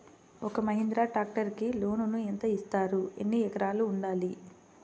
ఒక్క మహీంద్రా ట్రాక్టర్కి లోనును యెంత ఇస్తారు? ఎన్ని ఎకరాలు ఉండాలి?